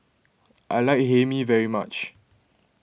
I like Hae Mee very much